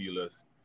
list